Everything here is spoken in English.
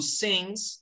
sings